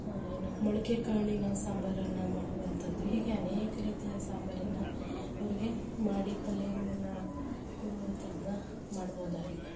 ಏನು ಮೊಳಕೆ ಕಾಳಿನ ಸಾಂಬಾರನ್ನು ಮಾಡುವಂಥದ್ದು ಹೀಗೆ ಅನೇಕ ರೀತಿಯ ಸಾಂಬಾರನ್ನು ಅವ್ರಿಗೆ ಮಾಡಿ ಪಲ್ಯಗಳನ್ನು ಕೊಡುವಂಥದ್ದನ್ನ ಮಾಡಬಹುದಾಗಿದೆ